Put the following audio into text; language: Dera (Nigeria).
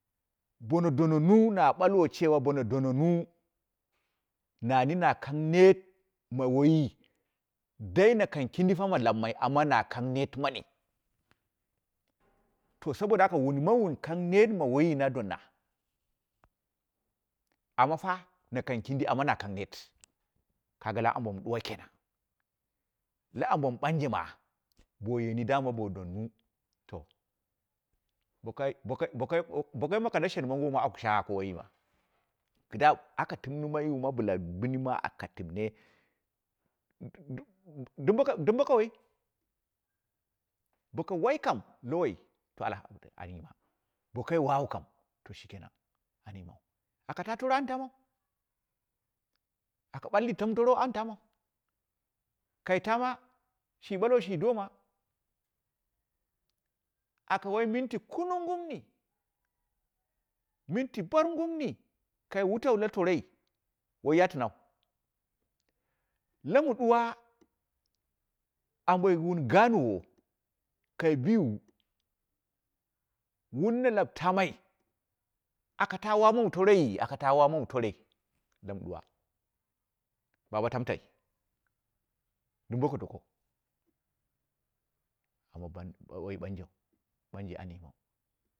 Bmo dononu na balwu cewa bona donunu, nani na kang neet ma waiyi, dai na kindi fa ma lammai amma na kang neet mani, to saboda haka uni ma wun kang neet ma waiyi na donna, amma ta na kang kindi amma na kang neet kugo la ambo ma duwa kenan, la ambo mɨ ɓanje ma boyeni dama bowu donnu, to bokai, bokai bokai mako la shen mongou ma akeu shagha ko woiyi ma, kida timnimaima lila binima ka timne, d d dimboko dimbo ko woi boka wai kam lowoi, to alhamdu au yina bakai wai kam to shikenan an yimau, aka ta toro an tamau, aka baki tam tor an tamau, kai tama shi balwo shi doma, a wai minti kunuu gummi, minti baar gummi kai wutau la toroi woi yatinau lama duwa, amboi wun gaanwo kai bii wu, wun ha laba tamai akata wamawu toroi, akata wamawu toroi la mɨ duwa, baba tamtai, dɨm boka doko, amma bau wai ɓanjeu, banje an yimau.